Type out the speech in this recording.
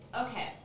Okay